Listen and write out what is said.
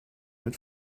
mit